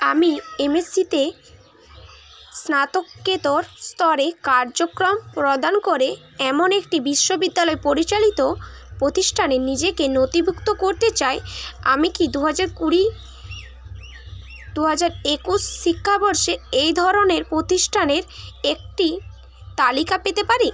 আমি M S সিতে স্নাতকোত্তর স্তরে কার্যক্রম প্রদান করে এমন একটি বিশ্ববিদ্যালয় পরিচালিত প্রতিষ্ঠানে নিজেকে নথিভুক্ত করতে চাই আমি কি দু হাজার কুড়ি দু হাজার একুশ শিক্ষাবর্ষে এই ধরনের প্রতিষ্ঠানের একটি তালিকা পেতে পারি